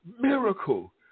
Miracle